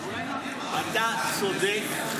--- אתה צודק.